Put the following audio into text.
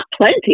plenty